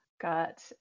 got